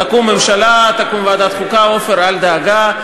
תקום ממשלה, תקום ועדת חוקה, עפר, אל דאגה.